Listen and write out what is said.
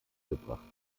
gebracht